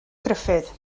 gruffudd